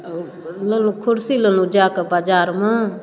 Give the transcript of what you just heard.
ओ लेलहुँ कुर्सी लेलहुँ जाकऽ बजारमे